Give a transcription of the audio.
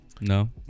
No